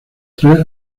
tres